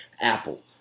Apple